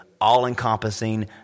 all-encompassing